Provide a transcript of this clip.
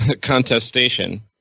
contestation